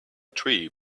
tree